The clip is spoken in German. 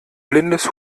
blindes